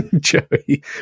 Joey